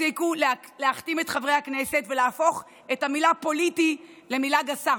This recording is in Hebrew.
תפסיקו להכתים את חברי הכנסת ולהפוך את המילה "פוליטי" למילה גסה.